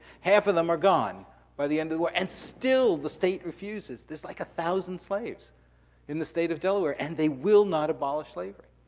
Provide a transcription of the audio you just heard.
half of them are gone by the end of the war. and still the state refuses, there's like one thousand slaves in the state of delaware, and they will not abolish slavery.